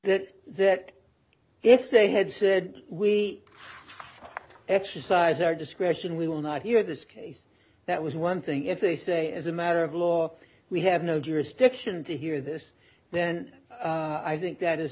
that that if they had said we exercise their discretion we will not hear this case that was one thing if they say as a matter of law we have no jurisdiction to hear this then i think that is